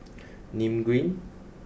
Nim Green